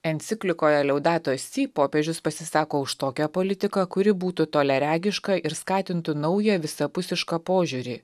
enciklikoje leudato si popiežius pasisako už tokią politiką kuri būtų toliaregiška ir skatintų naują visapusišką požiūrį